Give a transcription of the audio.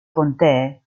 contee